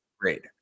Great